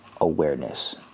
awareness